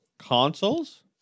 Consoles